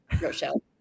Rochelle